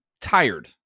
tired